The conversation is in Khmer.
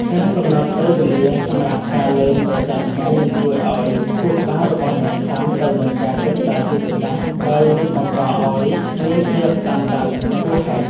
ការកំណត់ពេលវេលាសម្រាប់ការលេងប្រចាំថ្ងៃនឹងជួយឱ្យខួរក្បាលរបស់អ្នកស៊ាំទៅនឹងការគិតបែបយុទ្ធសាស្ត្រដោយមិនបង្កឱ្យមានភាពតានតឹងហួសហេតុ។